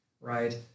right